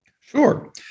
Sure